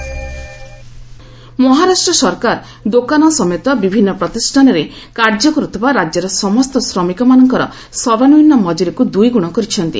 ମହା doubles wages Maharashtra ସରକାର ଦୋକାନ ସମେତ ବିଭିନ୍ନ ପ୍ରତିଷାନରେ କାର୍ଯ୍ୟ କରୁଥିବା ରାଜ୍ୟର ସମସ୍ତ ଶ୍ରମିକମାନଙ୍କର ସର୍ବନିମ୍ନ ମକ୍ତୁରିକୁ ଦୁଇଗୁଣ କରିଛନ୍ତି